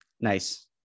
Nice